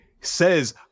says